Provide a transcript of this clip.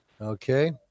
Okay